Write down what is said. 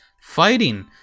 fighting